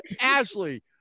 Ashley